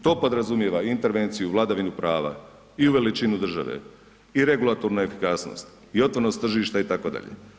To podrazumijeva i intervenciju u vladavini prava i u veličinu države i regulatornu efikasnost i otvorenost tržišta itd.